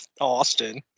austin